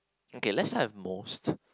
okay let's have most